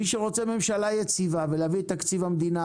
מי שרוצה ממשלה יציבה ולהביא את תקציב המדינה,